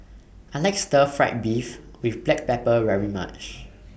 I like Stir Fried Beef with Black Pepper very much